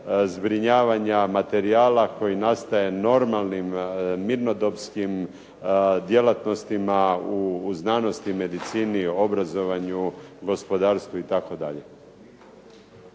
zbrinjavanja materijala koji nastaje normalnim mirnodopskim djelatnostima u znanosti, medicini, obrazovanju, gospodarstvu itd.